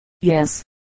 yes